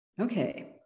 Okay